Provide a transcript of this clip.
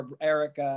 Eric